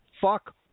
Fuck